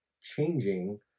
changing